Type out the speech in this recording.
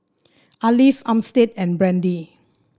Arleth Armstead and Brandy